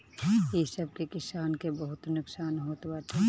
इ सब से किसान के बहुते नुकसान होत बाटे